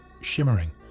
shimmering